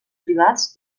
privats